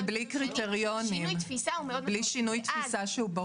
שינוי תפיסה הוא מאוד